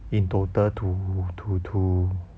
in total to to to